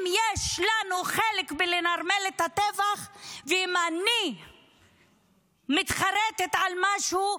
אם יש לנו חלק בלנרמל את הטבח ואם אני מתחרטת על משהו,